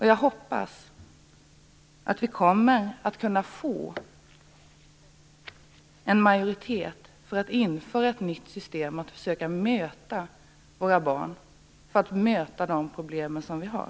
Jag hoppas att vi kommer att kunna få en majoritet för att införa ett nytt system för att försöka möta våra barn och de problem vi har.